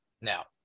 Now